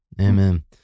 amen